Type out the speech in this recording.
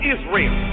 Israel